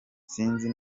sinzi